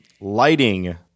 Lighting